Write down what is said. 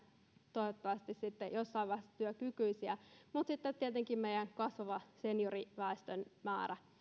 toivottavasti sitten jossain vaiheessa työkykyisiä mutta sitten on tietenkin meidän kasvava senioriväestön määrä